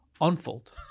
unfold